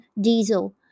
diesel –